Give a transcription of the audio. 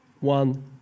one